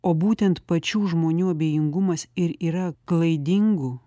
o būtent pačių žmonių abejingumas ir yra klaidingu